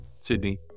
Sydney